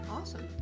Awesome